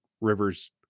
Rivers